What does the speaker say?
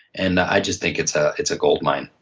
and i just think it's ah it's a gold mine.